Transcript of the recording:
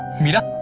meera!